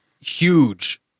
huge